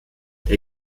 der